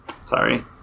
Sorry